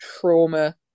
trauma